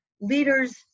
leaders